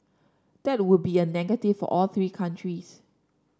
that would be a negative for all three countries